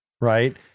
right